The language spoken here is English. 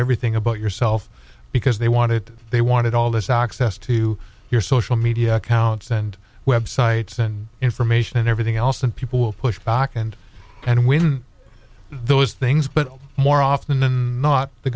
everything about yourself because they wanted they wanted all this access to your social media accounts and websites and information and everything else and people will push back and and when those things but more often than not the